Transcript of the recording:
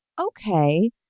okay